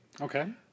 Okay